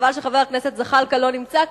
חבל שחבר הכנסת זחאלקה לא נמצא כאן,